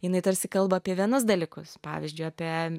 jinai tarsi kalba apie vienus dalykus pavyzdžiui apie